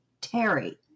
Terry